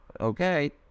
Okay